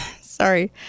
Sorry